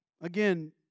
Again